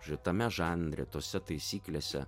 šitame žanre tose taisyklėse